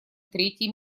третий